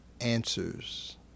Answers